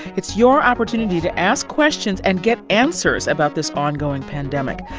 it's your opportunity to ask questions and get answers about this ongoing pandemic.